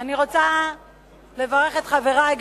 אני רוצה לברך גם את חברי,